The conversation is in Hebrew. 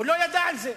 הוא לא ידע על זה.